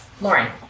Lauren